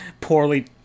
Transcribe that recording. poorly